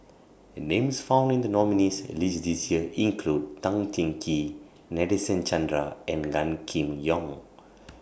Names found in The nominees' list This Year include Tan Cheng Kee Nadasen Chandra and Gan Kim Yong